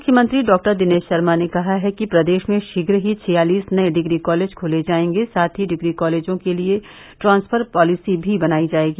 उप मुख्यमंत्री डॉक्टर दिनेश शर्मा ने कहा है कि प्रदेश में शीघ्र ही छियालिस नये डिग्री कॉलेज खोले जायेंगे साथ ही डिग्री कॉलेजों के लिये ट्रांसफर पॉलिसी भी बनायी जायेगी